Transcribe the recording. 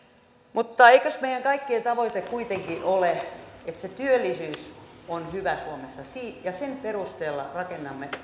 mutta eikös meidän kaikkien tavoite kuitenkin ole että se työllisyys on hyvä suomessa ja sen perusteella rakennamme